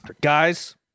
Guys